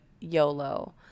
YOLO